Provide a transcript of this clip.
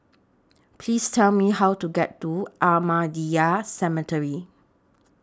Please Tell Me How to get to Ahmadiyya Cemetery